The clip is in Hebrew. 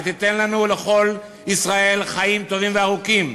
ותיתן לנו לכל ישראל חיים טובים וארוכים.